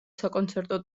საკონცერტო